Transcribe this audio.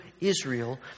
Israel